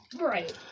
Right